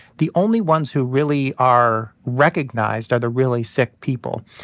the only ones who really are recognized are the really sick people.